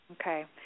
Okay